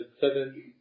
seven